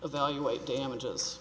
evaluate damages